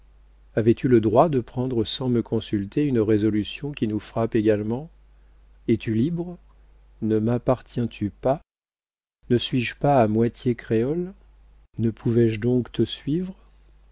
avais-tu le droit de prendre sans me consulter une résolution qui nous frappe également es-tu libre ne mappartiens tu pas ne suis-je pas à moitié créole ne pouvais-je donc te suivre